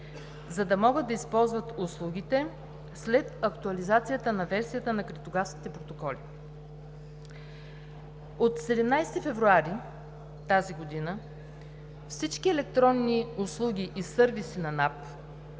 за да могат да използват услугите след актуализацията на версията на криптографските протоколи. От 17 февруари тази година всички електронни услуги и сървиси на НАП